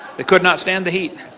they could not stand the heat.